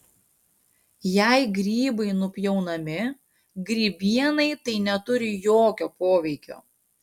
jei grybai nupjaunami grybienai tai neturi jokio poveikio